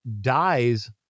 dies